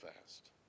fast